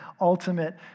ultimate